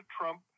Trump